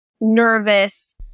nervous